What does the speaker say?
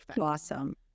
Awesome